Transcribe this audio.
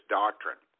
doctrine